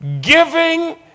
giving